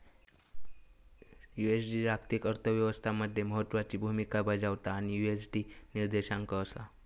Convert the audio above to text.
USD जागतिक अर्थ व्यवस्था मध्ये महत्त्वाची भूमिका बजावता आणि यु.एस.डी निर्देशांक असा